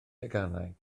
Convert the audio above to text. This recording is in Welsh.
deganau